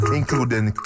including